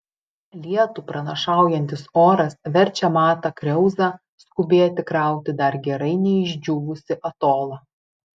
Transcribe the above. lietų pranašaujantis oras verčia matą kriauzą skubėti krauti dar gerai neišdžiūvusį atolą